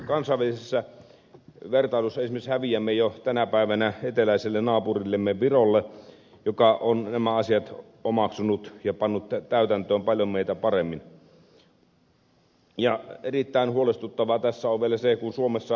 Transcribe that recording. kansainvälisessä vertailussa esimerkiksi häviämme jo tänä päivänä eteläiselle naapurillemme virolle joka on nämä asiat omaksunut ja pannut täytäntöön paljon meitä paremmin